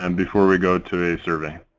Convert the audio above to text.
um before we go to a survey.